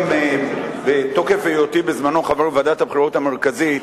גם בתוקף היותי בזמני חבר ועדת הבחירות המרכזית,